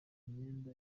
imyenda